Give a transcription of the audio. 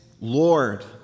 Lord